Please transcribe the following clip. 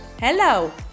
Hello